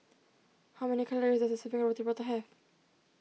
how many calories does a serving Roti Prata have